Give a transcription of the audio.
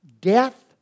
death